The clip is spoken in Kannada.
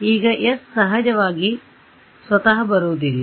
ಈಗ s ಸಹಜವಾಗಿ ಸ್ವತಃ ಬರುವುದಿಲ್ಲ